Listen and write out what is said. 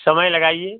समय लगाइए